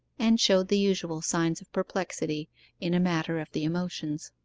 and showed the usual signs of perplexity in a matter of the emotions.